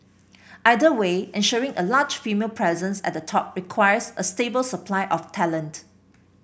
either way ensuring a larger female presence at the top requires a stable supply of talent